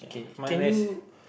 my mass